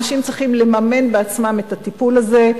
אנשים צריכים לממן בעצמם את הטיפול הזה.